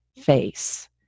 FACE